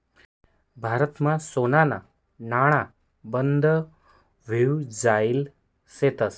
भारतमा सोनाना नाणा बंद व्हयी जायेल शेतंस